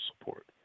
support